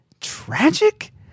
Tragic